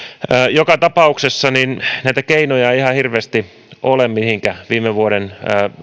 joka tapauksessa näitä keinoja ei ihan hirveästi ole millä viime vuoden